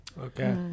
Okay